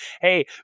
hey